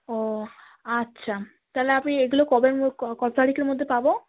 ও আচ্ছা তাহলে আপনি এগুলো কবের মো কতো তারিখের মধ্যে পাবো